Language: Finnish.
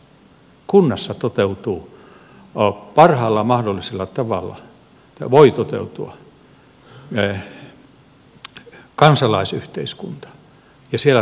kunnassa toteutuu parhaalla mahdollisella tavalla tai voi toteutua kansalaisyhteiskunta ja siellä toteutuu demokratia